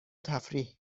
تفریح